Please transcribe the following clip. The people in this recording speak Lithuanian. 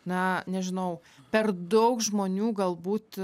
na nežinau per daug žmonių galbūt